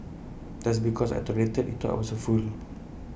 just because I tolerated he thought I was A fool